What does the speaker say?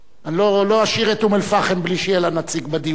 לא אשאיר את אום-אל-פחם בלי שיהיה לה נציג בדיון הזה,